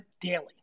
daily